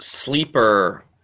Sleeper